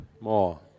More